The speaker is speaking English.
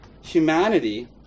humanity